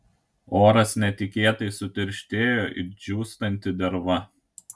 oras netikėtai sutirštėjo it džiūstanti derva